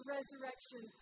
Resurrection